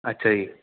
ਅੱਛਾ ਜੀ